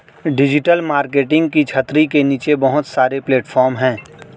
digital marketing की छतरी के नीचे बहुत सारे प्लेटफॉर्म हैं